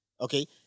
Okay